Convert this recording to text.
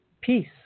peace